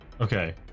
Okay